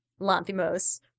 Lanthimos